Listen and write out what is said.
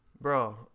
Bro